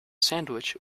sandwich